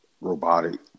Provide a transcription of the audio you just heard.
robotic